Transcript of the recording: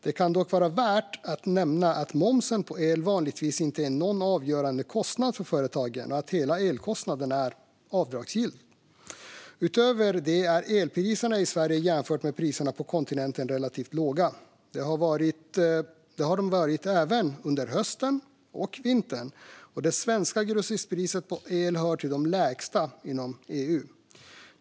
Det kan dock vara värt att nämna att momsen på el vanligtvis inte är någon avgörande kostnad för företagen och att hela elkostnaden är avdragsgill. Utöver det är elpriserna i Sverige jämfört med priserna på kontinenten relativt låga. Det har de varit även under hösten och vintern, och det svenska grossistpriset på el hör till de lägsta inom EU.